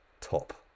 top